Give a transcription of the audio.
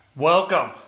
Welcome